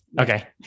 Okay